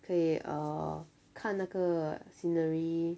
可以 uh 看那个 scenery